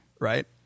Right